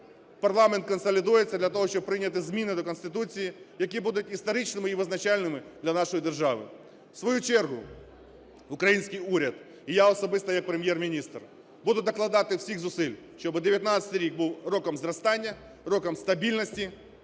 парламент консолідується для того, щоб прийняти зміни до Конституції, які будуть історичними і визначальними для нашої держави. В свою чергу український уряд і я особисто як Прем'єр-міністр буду докладати всіх зусиль, щоб 19-й рік був роком зростання, роком стабільності